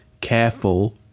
careful